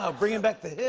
ah bringing back the hiss.